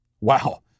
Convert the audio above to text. Wow